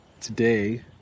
today